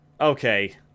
Okay